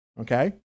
okay